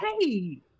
Hey